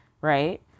Right